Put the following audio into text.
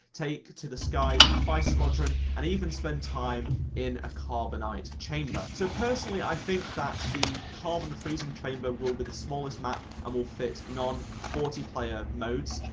take to the skies in fighter squadron, and even spend time in a carbonite chamber. so personally i think the carbon freezing chamber will be the smallest map and will fit non forty player mode.